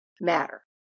matter